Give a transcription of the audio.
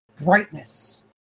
brightness